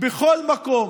בכל מקום.